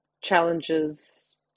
challenges